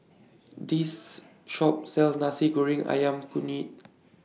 This Shop sells Nasi Goreng Ayam Kunyit